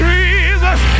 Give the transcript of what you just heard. Jesus